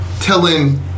Telling